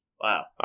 Wow